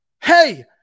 hey